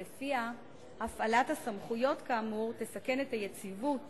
שהפעלת הסמכויות כאמור תסכן את היציבות